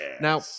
Now